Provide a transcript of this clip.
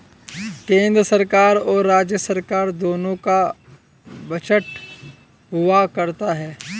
केन्द्र सरकार और राज्य सरकार दोनों का बजट हुआ करता है